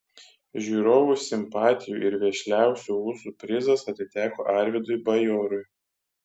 žiūrovų simpatijų ir vešliausių ūsų prizas atiteko arvydui bajorui